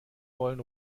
wollen